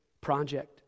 project